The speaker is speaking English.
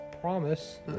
promise